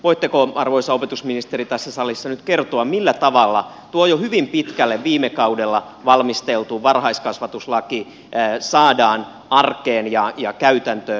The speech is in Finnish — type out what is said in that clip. voitteko arvoisa opetusministeri tässä salissa nyt kertoa millä tavalla tuo jo hyvin pitkälle viime kaudella valmisteltu varhaiskasvatuslaki saadaan arkeen ja käytäntöön